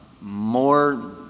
more